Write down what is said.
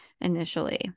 initially